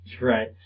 Right